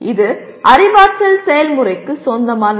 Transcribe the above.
இது அறிவாற்றல் செயல்முறைக்கு சொந்தமானது